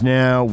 now